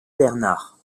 bernard